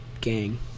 gang